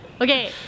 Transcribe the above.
Okay